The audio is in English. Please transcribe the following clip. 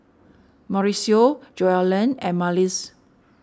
Mauricio Joellen and Marlys